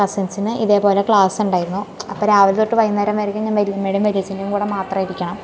കസിൻസിന് ഇതേപോലെ ക്ലാസ്സുണ്ടായിരുന്നു അപ്പം രാവിലെ തൊട്ട് വൈകുന്നേരം വരേക്കും ഞാൻ വല്യമ്മേടേം വല്യച്ഛൻറ്റെം കൂടെ മാത്രം ഇരിക്കണം